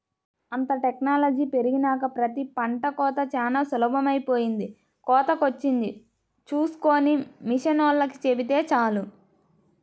అంతా టెక్నాలజీ పెరిగినాక ప్రతి పంట కోతా చానా సులభమైపొయ్యింది, కోతకొచ్చింది చూస్కొని మిషనోల్లకి చెబితే చాలు